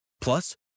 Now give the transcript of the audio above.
Plus